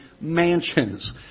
mansions